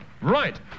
Right